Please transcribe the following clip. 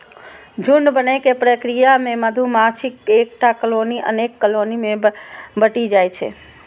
झुंड बनै के प्रक्रिया मे मधुमाछीक एकटा कॉलनी अनेक कॉलनी मे बंटि जाइ छै